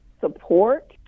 support